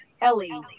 Ellie